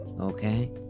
Okay